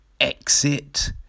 Exit